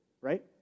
right